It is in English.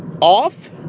off